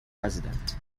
president